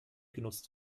genutzt